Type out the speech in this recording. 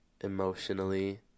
emotionally